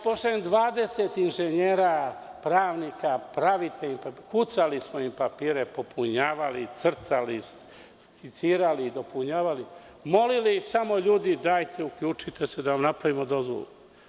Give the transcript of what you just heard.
Pošaljem 20 inženjera, pravnika, pravite im papire, kucali smo im papire, popunjavali, crtali, skicirali, dopunjavali, molili ih samo ljudi dajte uključite se da napravimo dozvolu.